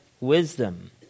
wisdom